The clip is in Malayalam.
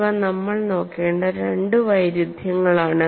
ഇവ നമ്മൾ നോക്കേണ്ട രണ്ട് വൈരുധ്യങ്ങളാണ്